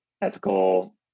ethical